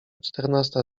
czternasta